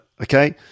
Okay